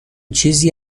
چیزی